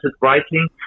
writing